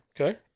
okay